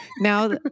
now